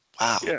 wow